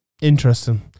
Interesting